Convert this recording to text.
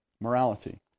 morality